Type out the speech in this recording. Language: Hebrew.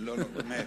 לא, באמת.